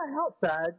outside